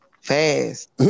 fast